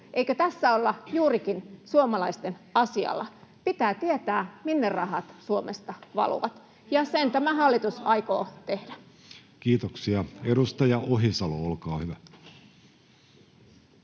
Eikö tässä olla juurikin suomalaisten asialla? Pitää tietää, minne rahat Suomesta valuvat, ja sen tämä hallitus aikoo tehdä. [Speech 64] Speaker: Jussi Halla-aho